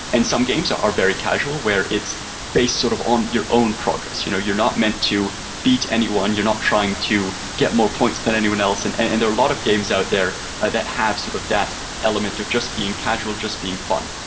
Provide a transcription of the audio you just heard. and some games are very casual where it's based sort of on your own progress, you know, you're not meant to beat anyone, you're not trying to get more points than anyone else and and and there are a lot of games out there that have sort of that element of just being casual, just being fun.